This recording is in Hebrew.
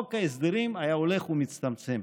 חוק ההסדרים היה הולך ומצטמצם.